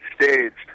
Staged